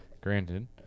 Granted